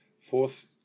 fourth